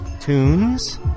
tunes